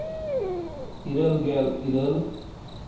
ᱤᱨᱟᱹᱞ ᱜᱮᱞ ᱤᱨᱟᱹᱞ